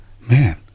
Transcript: man